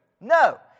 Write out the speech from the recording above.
No